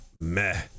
meh